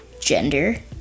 gender